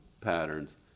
patterns